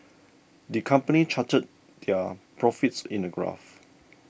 the company charted their profits in a graph